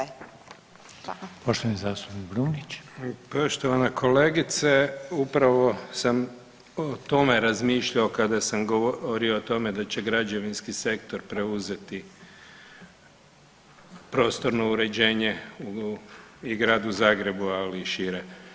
Poštovana kolegice, upravo sam o tome razmišljao kada sam govorio o tome da će građevinski sektor preuzeti prostorno uređenje u Gradu Zagrebu, ali i šire.